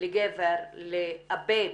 לגבר לאבד